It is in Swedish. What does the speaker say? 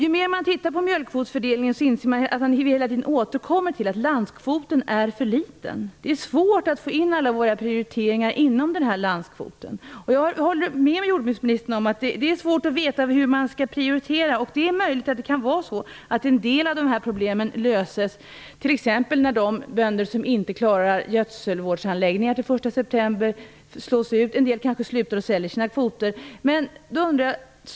Ju mer man tittar på mjölkkvotsfördelningen, desto mer inser man att landskvoten är för liten. Det är svårt att få in alla våra prioriteringar inom den här landskvoten. Jag håller med jordbruksministern om att det är svårt att veta hur man skall prioritera. Det är möjligt att en del av de här problemen löser sig. De bönder som t.ex. inte klarar kravet på gödselvårdsanläggningar till den första september slås ut. En del kanske slutar och säljer sina kvoter.